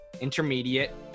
intermediate